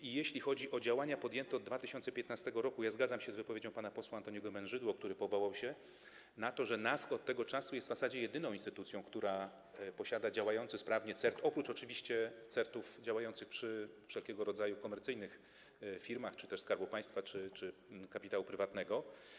I jeśli chodzi o działania podjęte od 2015 r., to zgadzam się z wypowiedzią pana posła Antoniego Mężydły, który powołał się na to, że NASK od tego czasu jest w zasadzie jedyną instytucją, która posiada działający sprawnie CERT, oprócz oczywiście CERT-ów działających przy wszelkiego rodzaju komercyjnych firmach czy to Skarbu Państwa, czy kapitału prywatnego.